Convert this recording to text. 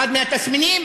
אחד מהתסמינים